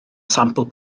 sampl